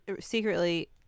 secretly